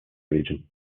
region